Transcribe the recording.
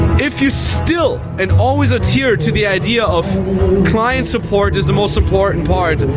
if you still and always adhere to the idea of client support is the most important part,